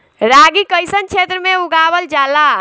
रागी कइसन क्षेत्र में उगावल जला?